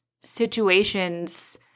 situations